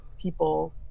people